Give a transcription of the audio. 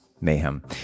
mayhem